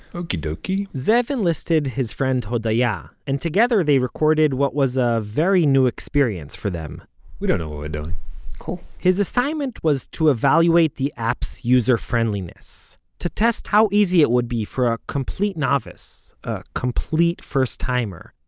okie dokie zev enlisted his friend hodaya, yeah and together they recorded what was a very new experience for them we don't know what cool his assignment was to evaluate the app's user-friendliness. to test how easy it would be for a complete novice, a complete first-timer,